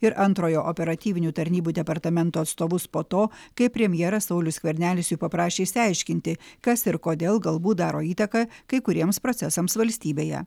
ir antrojo operatyvinių tarnybų departamento atstovus po to kai premjeras saulius skvernelis jų paprašė išsiaiškinti kas ir kodėl galbūt daro įtaką kai kuriems procesams valstybėje